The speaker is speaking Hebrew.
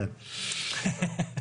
אני חושב